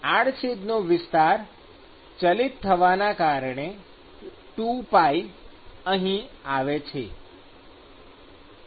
આડછેડનો વિસ્તાર ચલિત થવાના કારણે 2π અહી આવે છે